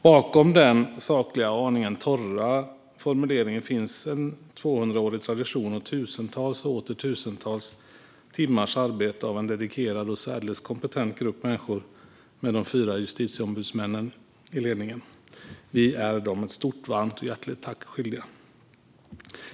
Bakom den sakliga och aningen torra formuleringen finns en 200-årig tradition och tusentals och åter tusentals timmars arbete av en dedikerad och särdeles kompetent grupp människor, med de fyra justitieombudsmännen i ledningen. Vi är dem ett stort, varmt och hjärtligt tack skyldiga.